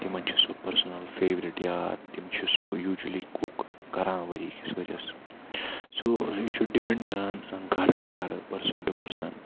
تِمن چھِ سۄ پٔرسٕنل فیورِٹ یا تِم چھِ سُہ یوٗجولی کُک کَران ؤریہِ کِس ؤرۍ یَس سورُے چھُ ڈِپینٛڈ کَران گَرٕ ٹُو گَرٕ پٔرسن ٹُو پٔرسَن